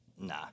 Nah